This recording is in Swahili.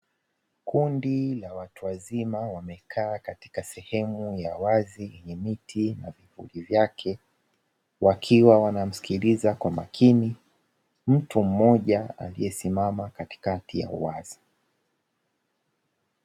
Kundi la watu wazima wamekaa katika sehemu ya wazi ya miti na vivuli vyake, wakiwa wanamsikiliza kwa makini mtu mmoja aliyesimama katikati ya uwazi.